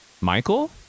Michael